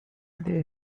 they